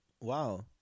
Wow